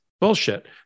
bullshit